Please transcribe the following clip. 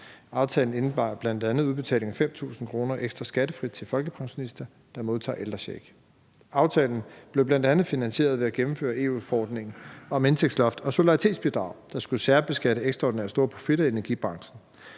Aftalen indebar bl.a. udbetaling af 5.000 kr. ekstra skattefrit til folkepensionister, der modtager ældrecheck. Aftalen blev bl.a. finansieret ved at gennemføre EU-forordningen om indtægtsloft og solidaritetsbidrag, der skulle særbeskatte ekstraordinært store profitter i energibranchen.